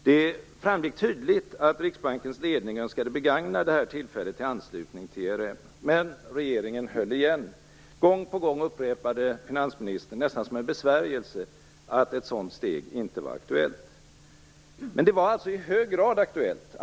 Det framgick tydligt att Riksbankens ledning önskade begagna detta tillfälle till anslutning till ERM, men regeringen höll igen. Gång på gång upprepade finansministern nästan som en besvärjelse att ett sådant steg inte var aktuellt. Men det var alltså i hög grad aktuellt.